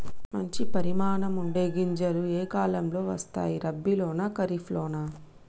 మంచి పరిమాణం ఉండే గింజలు ఏ కాలం లో వస్తాయి? రబీ లోనా? ఖరీఫ్ లోనా?